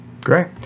Great